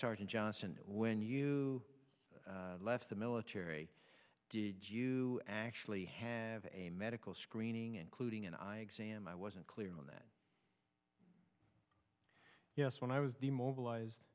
sergeant johnson when you left the military did you actually have a medical screening including an eye exam i wasn't clear on that yes when i was the mobilized